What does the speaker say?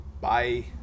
Bye